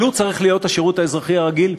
אבל הוא צריך להיות השירות האזרחי הרגיל.